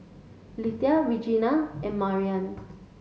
Lethia Regena and Mariann